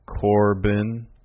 Corbin